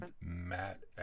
matt